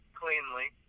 cleanly